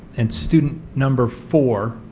and student number four